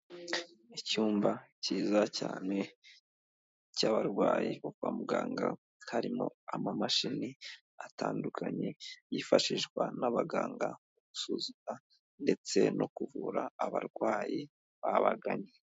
Icyumba cyiza cyane cy'abarwayi bo kwa muganga, harimo amamashini atandukanye yifashishwa n'abaganga mu gusuzuma ndetse no kuvura abarwayi babaganye.